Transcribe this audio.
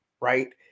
right